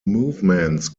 movements